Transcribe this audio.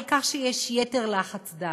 על כך שיש יתר לחץ דם,